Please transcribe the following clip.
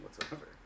whatsoever